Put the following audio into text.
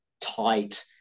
tight